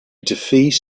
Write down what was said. defeated